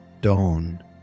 dawn